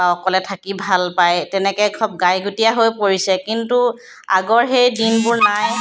আৰু অকলে থাকি ভাল পায় তেনেকৈ ধৰক গাই গুটিয়া হৈ পৰিছে কিন্তু আগৰ সেই দিনবোৰ নাই